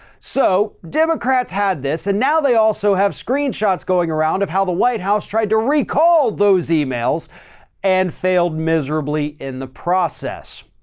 so democrats had this and now they also have screenshots going around of how the white house tried to recall those emails and failed miserably in the process.